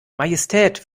majestät